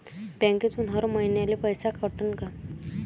बँकेतून हर महिन्याले पैसा कटन का?